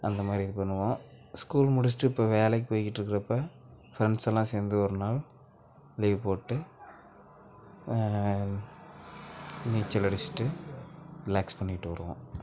அந்த மாதிரி இது பண்ணுவோம் ஸ்கூல் முடிச்சுட்டு இப்போ வேலைக்கு போய்க்கிட்டிருக்குறப்ப ஃப்ரெண்ட்ஸெல்லாம் சேர்ந்து ஒரு நாள் லீவ் போட்டு நீச்சல் அடிச்சுட்டு ரிலாக்ஸ் பண்ணிவிட்டு வருவோம்